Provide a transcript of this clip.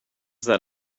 that